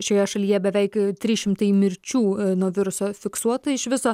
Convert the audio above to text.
šioje šalyje beveik trys šimtai mirčių nuo viruso fiksuota iš viso